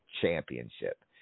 Championship